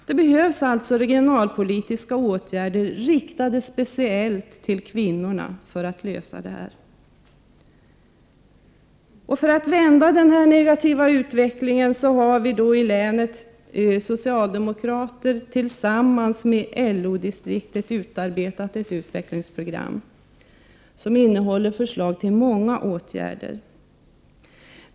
Det behövs regionalpolitiska åtgärder riktade speciellt till kvinnorna för att lösa detta. För att vända denna negativa utveckling har länets socialdemokrater tillsammans med LO-distriktet utarbetat ett utvecklingsprogram som innehåller många förslag till åtgärder.